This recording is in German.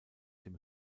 dem